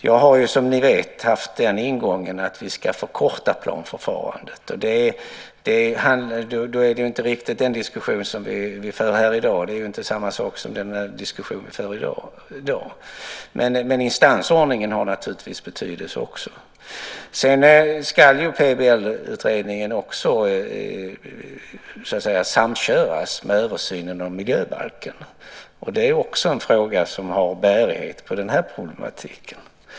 Jag har, som ni vet, haft den ingången att vi ska förkorta planförfarandet. Det är inte riktigt den diskussion vi för här i dag. Det är inte samma sak. Men instansordningen har naturligtvis betydelse. PBL-utredningen ska också samköras med översynen av miljöbalken. Det är också en fråga som har bärighet på den här problematiken.